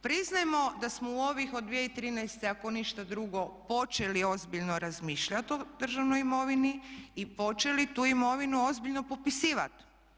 Priznajmo da smo u ovih od 2013. ako ništa drugo počeli ozbiljno razmišljati o državnoj imovini i počeli tu imovinu ozbiljno popisivati.